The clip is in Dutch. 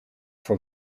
voor